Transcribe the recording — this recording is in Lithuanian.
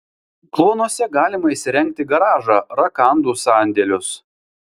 kluonuose galima įsirengti garažą rakandų sandėlius